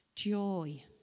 joy